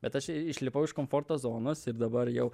bet aš išlipau iš komforto zonos ir dabar jau